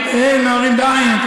הנוהרים בה"א או הנוערים בעי"ן?